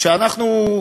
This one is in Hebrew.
כשאנחנו,